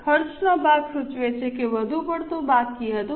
ખર્ચનો ભાગ સૂચવે છે કે વધુ પડતું બાકી હતું